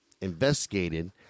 investigated